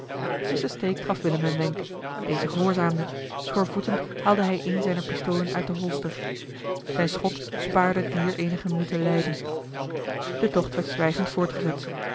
mr stake gaf willem een wenk deze gehoorzaamde schoorvoetend haalde hij een zijner pistolen uit den holster zijn schot spaarde het dier eenige minuten lijden de tocht werd zwijgend voortgezet